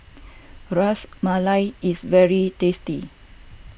Ras Malai is very tasty